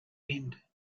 end